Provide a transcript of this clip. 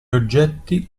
oggetti